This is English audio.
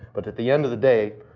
but at the end of the day,